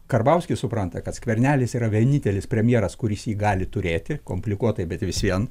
karbauskis supranta kad skvernelis yra vienintelis premjeras kuris jį gali turėti komplikuotai bet vis vien